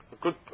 good